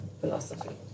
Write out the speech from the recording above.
philosophy